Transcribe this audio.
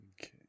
Okay